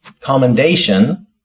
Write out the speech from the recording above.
commendation